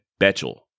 Betchel